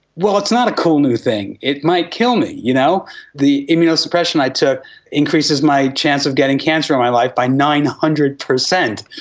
well, it's not a cool new thing. it might kill me. you know the immunosuppression i took increases my chance of getting cancer in my life by nine hundred percent.